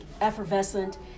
effervescent